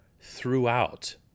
throughout